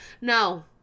no